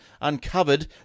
uncovered